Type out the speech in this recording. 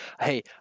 Hey